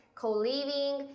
co-living